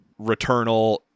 Returnal